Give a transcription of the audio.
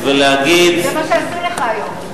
זה מה שעשו לך היום.